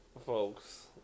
folks